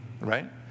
right